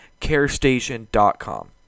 carestation.com